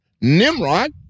Nimrod